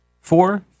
four